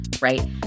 right